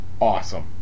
awesome